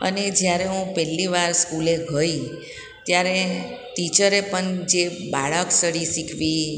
અને જ્યારે હું પહેલી વાર સ્કૂલે ગઈ ત્યારે ટીચરે પણ જે બારક્ષરી શીખવી